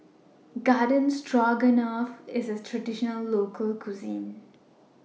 Garden Stroganoff IS A Traditional Local Cuisine